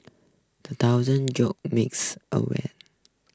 the thousand jolt makes awake